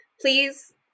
please